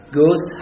goes